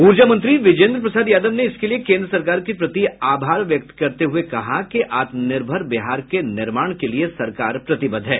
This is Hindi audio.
ऊर्जा मंत्री बिजेन्द्र प्रसाद यादव ने इसके लिए केन्द्र सरकार के प्रति आभार व्यक्त करते हुये कहा कि आत्मनिर्भर बिहार के निर्माण के लिए सरकार प्रतिबद्ध है